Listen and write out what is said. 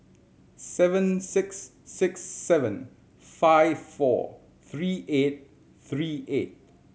seven six six seven five four three eight three eight